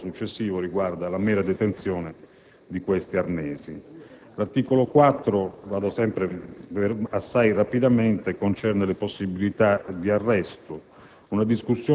Il comma successivo riguarda la mera detenzione di questi arnesi. L'articolo 4, procedo assai rapidamente, riguarda le possibilità di arresto.